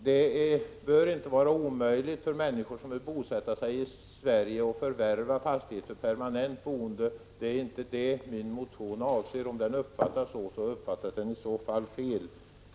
Det bör inte vara omöjligt för människor som vill bosätta sig i Sverige att förvärva fastigheter för permanent boende — det är inte det min motion avser. Om den uppfattas så, uppfattas den i så fall fel.